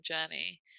journey